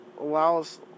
allows